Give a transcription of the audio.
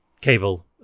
cable